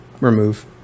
remove